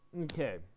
Okay